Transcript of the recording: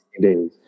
days